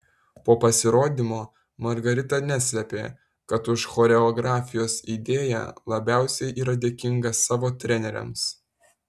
po pasirodymo margarita neslėpė kad už choreografijos idėją labiausiai yra dėkinga savo treneriams